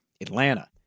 Atlanta